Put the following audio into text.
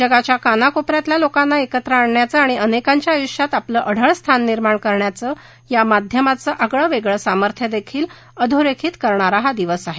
जगाच्या कानाकोपऱ्यातल्या लोकांना एकत्र आणण्याचं आणि अनेकांच्या आयुष्यात आपलं अढळ स्थान निर्माण करण्याचं या माध्यमाचं आगळं वेगळं सामर्थ्य देखील अधोरेखित करणारा हा दिवस आहे